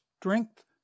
strength